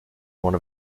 one